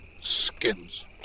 Skins